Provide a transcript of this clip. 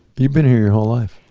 you've been here your whole life.